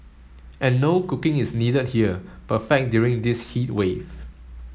and no cooking is needed here perfect during this heat wave